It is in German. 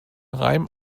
reim